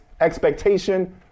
expectation